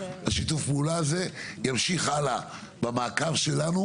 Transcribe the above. שיתוף הפעולה הזה ימשיך הלאה במעקב שלנו.